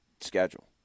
schedule